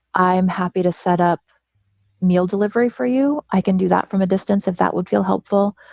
i am happy to set up meal delivery for you. i can do that from a distance, if that would feel helpful.